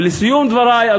ולסיום דברי,